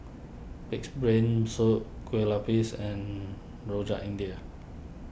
Pig's Brain Soup Kueh Lupis and Rojak India